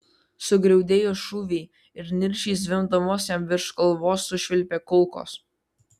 sugriaudėjo šūviai ir niršiai zvimbdamos jam virš galvos sušvilpė kulkos